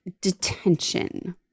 detention